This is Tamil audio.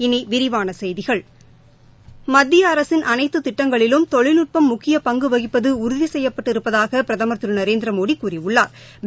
இனிவிரிவானசெய்திகள் மத்தியஅரசின் அனைத்துதிட்டங்களிலும் தகவல் தொழில்நுட்பம் முக்கியபங்குவகிப்பதுஉறுதிசெய்யப்பட்டிருப்பதாகபிரதமா் திருநரேந்திரமோடிகூறியுள்ளாா்